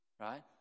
right